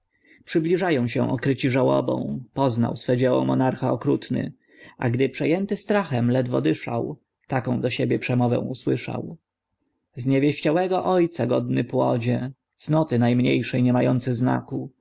przybliżają się okryci żałobą poznał swe dzieło monarcha okrutny a gdy przejęty strachem ledwo dyszał taką do siebie przemowę usłyszał zniewieściałego ojca godny płodzie cnoty najmniejszej nie mający znaku